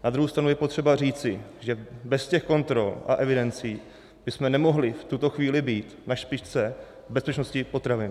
Na druhou stranu je potřeba říci, že bez těch kontrol a evidencí bychom nemohli v tuto chvíli být na špičce v bezpečnosti potravin.